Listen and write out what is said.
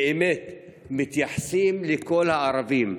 באמת מתייחסים לכל הערבים,